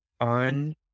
on